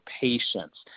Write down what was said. patients